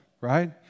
right